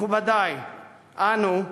מכובדי, אנו,